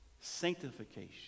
sanctification